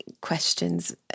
questions